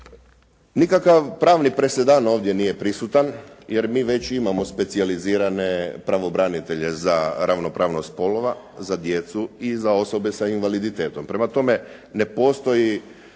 Nikakav pravni presedan ovdje nije prisutan, jer mi imamo već specijalizirane pravobranitelje za ravnopravnost spolova, za djecu i za osobe sa invaliditetom. Prema tome, ne postoji